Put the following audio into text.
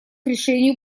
решению